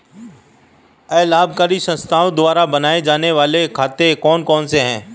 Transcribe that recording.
अलाभकारी संस्थाओं द्वारा बनाए जाने वाले खाते कौन कौनसे हैं?